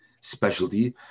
specialty